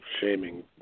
shaming